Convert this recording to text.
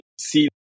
see